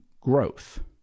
growth